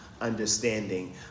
understanding